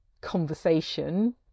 conversation